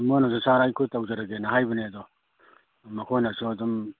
ꯃꯣꯏꯅꯁꯨ ꯁꯥꯔ ꯑꯩꯈꯣꯏ ꯇꯧꯖꯔꯒꯦꯅ ꯍꯥꯏꯕꯅꯦ ꯑꯗꯣ ꯃꯈꯣꯏꯅꯁꯨ ꯑꯗꯨꯝ